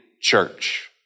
church